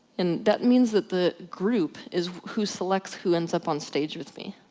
and that means that the group is who selects who ends up on stage with me.